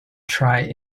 try